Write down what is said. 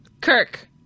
Kirk